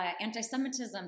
anti-Semitism